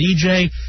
DJ